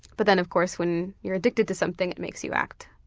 but then of course when you're addicted to something that makes you act